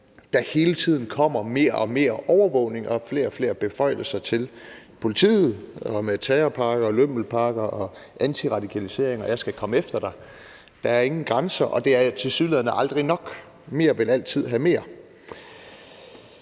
der hele tiden kommer mere og mere overvågning og flere og flere beføjelser til politiet – med terrorpakker og lømmelpakker og antiradikalisering, og jeg skal komme efter dig. Der er ingen grænser, og det er tilsyneladende aldrig nok – mere vil altid have mere.